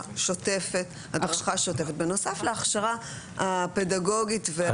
שוטפת בנוסף להכשרה הפדגוגית והטיפולית.